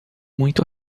muito